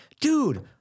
dude